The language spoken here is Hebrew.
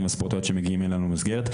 והספורטאיות שמגיעים אלינו למסגרת,